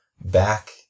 back